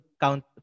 count